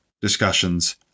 discussions